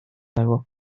dago